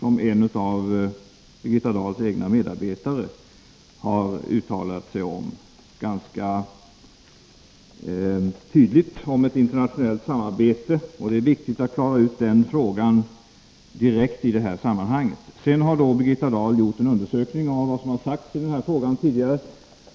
En 5; av Birgitta Dahls egna rande förvaring i medarbetare har uttalat sig ganska tydligt om ett internationellt samarbete. Sverige av ut Sedan har då Birgitta Dahl gjort en undersökning av vad som sagts i den ländskt kärnkraftshär frågan tidigare.